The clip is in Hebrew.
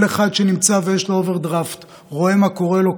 כל אחד שיש לו אוברדרפט רואה מה קורה לו.